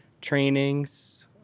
trainings